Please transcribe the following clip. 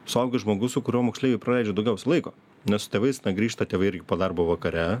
suaugęs žmogus su kuriuo moksleiviai praleidžia daugiausia laiko nes su tėvais grįžta tėvai irgi po darbo vakare